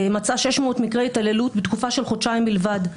מצאה 600 מקרי התעללות בתקופה של חודשיים בלבד.